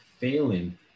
failing